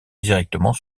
directement